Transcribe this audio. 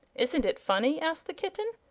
isn't it funny? asked the kitten.